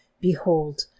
Behold